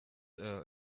her